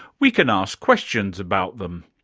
we can ask questions about them.